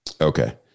Okay